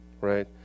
right